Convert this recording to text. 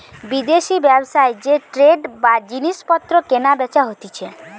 বিদেশি ব্যবসায় যে ট্রেড বা জিনিস পত্র কেনা বেচা হতিছে